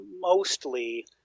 mostly